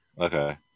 Okay